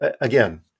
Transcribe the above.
again